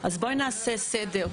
אז בואי נעשה סדר.